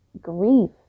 grief